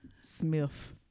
Smith